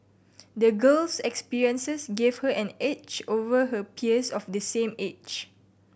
the girl's experiences gave her an edge over her peers of the same age